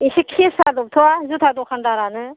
एसे खेस्रा दबथ' जुथा दखानदारानो